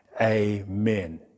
Amen